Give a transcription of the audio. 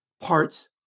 parts